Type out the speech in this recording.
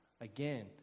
again